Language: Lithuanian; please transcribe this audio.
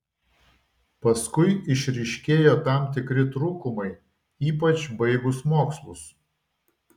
paskui išryškėjo tam tikri trūkumai ypač baigus mokslus